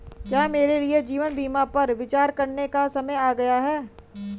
क्या मेरे लिए जीवन बीमा पर विचार करने का समय आ गया है?